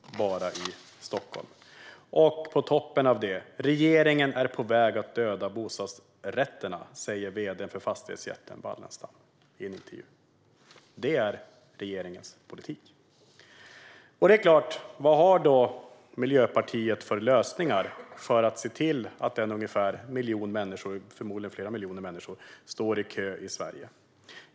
Det är bara i Stockholm. Och på toppen av det: "Regeringen är på väg att döda bostadsrätterna", säger vd:n för fastighetsjätten Wallenstam i en intervju. Det är regeringens politik. Vad har då Miljöpartiet för lösningar för de ungefär 1 miljon människor - förmodligen fler - som står i kö i Sverige?